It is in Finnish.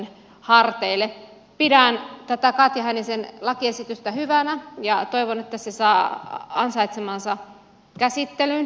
pidän tätä katja hännisen lakiesitystä hyvänä ja toivon että se saa ansaitsemansa käsittelyn